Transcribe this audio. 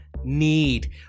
need